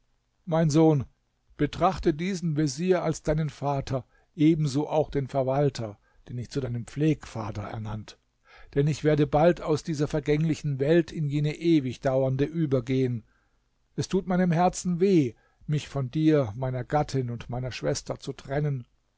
mein sohn betrachte diesen vezier als deinen vater ebenso auch den verwalter den ich zu deinem pflegevater ernannt denn ich werde bald aus dieser vergänglichen welt in jene ewigdauernde übergehen es tut meinem herzen weh mich von dir meiner gattin und meiner schwester zu trennen